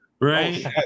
right